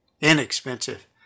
inexpensive